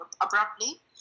abruptly